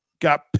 Got